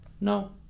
no